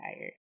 tired